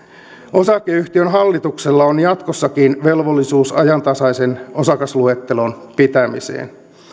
osakeyhtiön hallituksella on jatkossakin velvollisuus ajantasaisen osakasluettelon pitämiseen